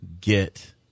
get